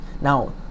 now